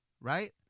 Right